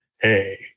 Hey